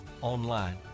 online